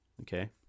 Okay